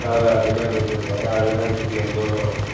சாதா ஆப்பிளெலாம் நூற்றி முப்பது ரூபா அதுன்னா நூற்றி எண்பது ரூபா ஆகும்